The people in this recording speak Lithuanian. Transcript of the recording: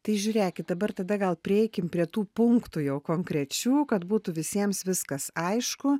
tai žiūrėkit dabar tada gal prieikim prie tų punktų jau konkrečių kad būtų visiems viskas aišku